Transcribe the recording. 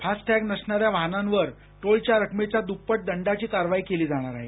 fast tang नसणाऱ्या वाहनांवर toll च्या रकमेच्या दुप्पट दंडाची कारवाई केली जाणार आहे